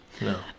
No